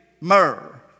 myrrh